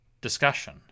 discussion